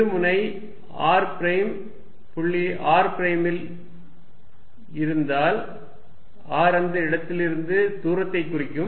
இருமுனை r prime புள்ளி r பிரைமில் இருந்தால் r அந்த இடத்திலிருந்து தூரத்தை குறிக்கும்